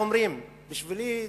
מעוררת בשבילי,